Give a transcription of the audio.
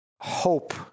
hope